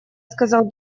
сказал